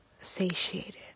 satiated